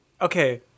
okay